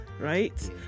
right